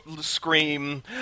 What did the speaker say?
scream